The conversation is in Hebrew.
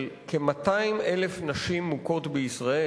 של 200,000 נשים מוכות בישראל.